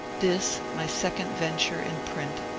this, my second ventare in print,